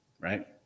right